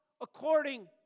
according